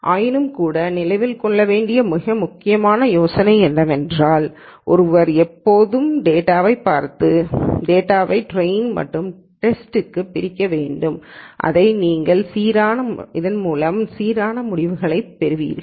ஆயினும்கூட நினைவில் கொள்ள வேண்டிய மிக முக்கியமான யோசனை என்னவென்றால் ஒருவர் எப்போதும் டேட்டாவைப் பார்த்து டேட்டாவை டிரேயின் மற்றும் டேஸ்டுக்குள் பிரிக்க வேண்டும் இதனால் நீங்கள் சீரான முடிவுகளைப் பெறுவீர்கள்